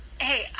Hey